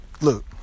Look